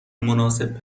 مناسب